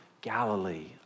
Galilee